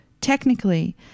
technically